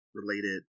related